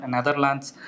Netherlands